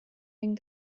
den